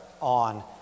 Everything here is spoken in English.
on